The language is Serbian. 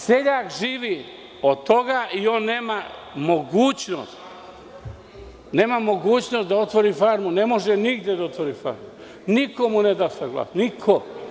Seljak živi od toga i on nema mogućnost da otvori farmu, ne može nigde da otvori farmu, niko mu ne da saglasnost, niko.